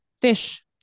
fish